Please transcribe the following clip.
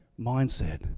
mindset